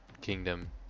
kingdom